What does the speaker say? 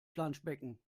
planschbecken